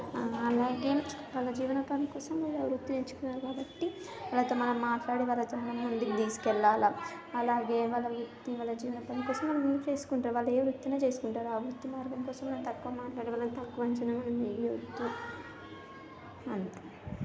అలాగే వాళ్ళ జీవన ఉపాధి కోసం వాళ్లు ఆ వృత్తిని ఎంచుకున్నారు కాబట్టి వాళ్లతో మనం మాట్లాడగలుగుతాం వాళ్ళని ముందుకు తీసుకు వెళ్లాలా అలాగే వాళ్ళ వృత్తి వాళ్ళ జీవనోపాధి కోసం వాళ్లు యూస్ చేసుకుంటారు వాళ్ళు ఏ వృత్తినైనా చేస్తుంటారు ఆ వృత్తి మార్గం కోసం మనం తక్కువ మాట్లాడి వాళ్ళని తక్కువ అంచనా మనం వేయొద్దు అంతే